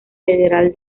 federal